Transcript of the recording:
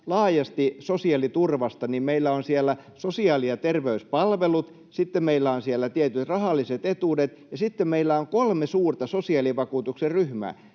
laajasti sosiaaliturvasta, niin meillä on siellä sosiaali- ja terveyspalvelut, sitten meillä on siellä tietyt rahalliset etuudet ja sitten meillä on kolme suurta sosiaalivakuutuksen ryhmää: